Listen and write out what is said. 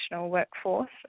workforce